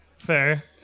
fair